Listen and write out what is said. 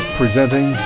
presenting